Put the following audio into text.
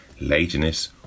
Laziness